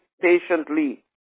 patiently